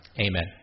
amen